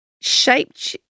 shaped